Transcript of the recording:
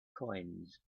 coins